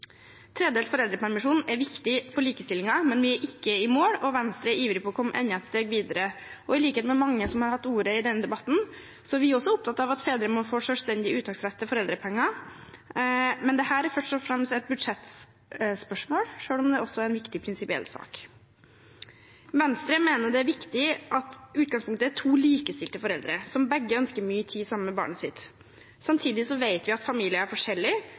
foreldrepermisjon er viktig for likestillingen, men vi er ikke i mål, og Venstre er ivrig på å komme enda et steg videre. I likhet med mange som har hatt ordet i denne debatten, er vi også opptatt av at fedrene må få selvstendig uttaksrett til foreldrepenger. Men det er først og fremst et budsjettspørsmål, selv om det også er en viktig prinsipiell sak. Venstre mener det er viktig at utgangspunktet er to likestilte foreldre som begge ønsker mye tid sammen med barnet sitt. Samtidig vet vi at familier er